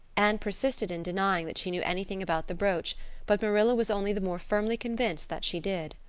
anne persisted in denying that she knew anything about the brooch but marilla was only the more firmly convinced that she did.